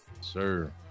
sir